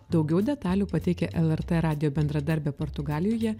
daugiau detalių pateikė lrt radijo bendradarbė portugalijoje